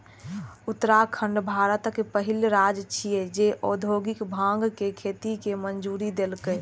उत्तराखंड भारतक पहिल राज्य छियै, जे औद्योगिक भांग के खेती के मंजूरी देलकै